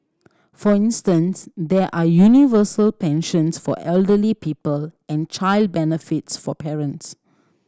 for instance there are universal pensions for elderly people and child benefits for parents